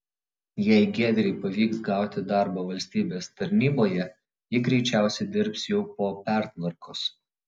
jei giedrei pavyks gauti darbą valstybės tarnyboje ji greičiausiai dirbs jau po pertvarkos